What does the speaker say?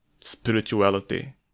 spirituality